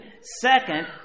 Second